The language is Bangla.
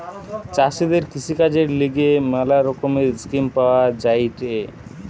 চাষীদের কৃষিকাজের লিগে ম্যালা রকমের স্কিম পাওয়া যায়েটে